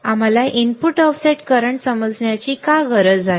आम्हाला input offset current समजण्याची गरज का आहे